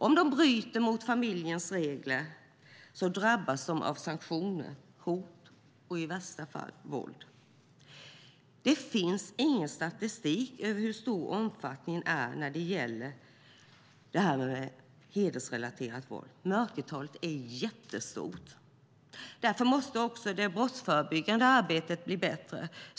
Om de bryter mot familjens regler drabbas de av sanktioner, hot och i värsta fall våld. Det finns ingen statistik över omfattningen av det hedersrelaterade våldet. Mörkertalet är jättestort. Därför måste det brottsförebyggande arbetet bli bättre.